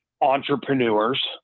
entrepreneurs